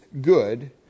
good